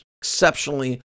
exceptionally